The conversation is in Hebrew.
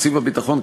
תקציב הביטחון,